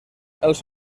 els